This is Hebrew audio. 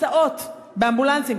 הסעות באמבולנסים.